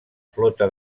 flota